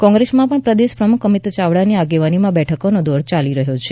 કોંગ્રેસમાં પણ પ્રદેશ પ્રમુખ અમિત ચાવડાની આગેવાનીમાં બેઠકોનો દોર ચાલી રહ્યો છે